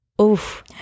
Oof